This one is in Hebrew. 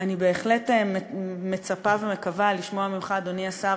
אני בהחלט מצפה ומקווה לשמוע ממך, אדוני השר,